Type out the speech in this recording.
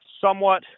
somewhat